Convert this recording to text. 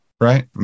right